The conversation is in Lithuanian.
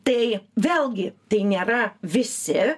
tai vėlgi tai nėra visi